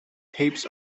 tapes